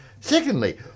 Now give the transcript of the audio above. Secondly